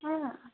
ஆ